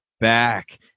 Back